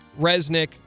Resnick